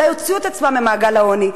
אולי יוציאו את עצמם ממעגל העוני.